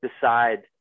decide